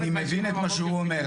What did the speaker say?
אני מבין את מה שהוא אומר,